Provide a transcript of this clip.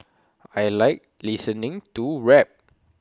I Like listening to rap